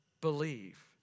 believe